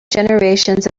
generations